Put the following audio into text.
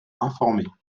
informées